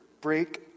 break